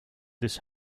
this